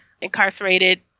incarcerated